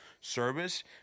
service